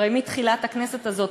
הרי מתחילת הכנסת הזאת,